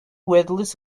waddles